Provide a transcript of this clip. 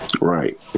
Right